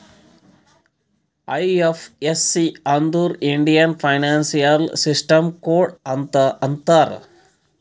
IFSC ಅಂದುರ್ Indian financial system code ಅಂತ್ ಅಂತಾರ್